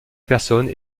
personne